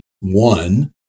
One